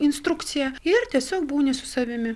instrukciją ir tiesiog būni su savimi